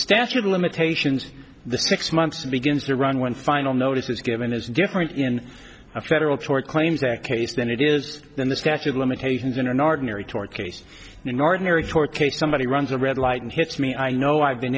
statute of limitations the six months and begins to run when final notice is given is different in a federal tort claims act case than it is in the statute of limitations in an ordinary tort case an ordinary tort case somebody runs a red light and hits me i know i've been